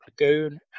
lagoon